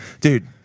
Dude